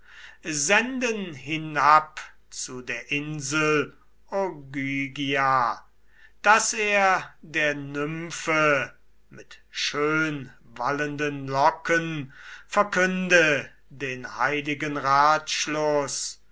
hinab zu der insel ogygia daß er der nymphe mit schönwallenden locken verkünde den heiligen ratschluß